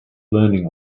learning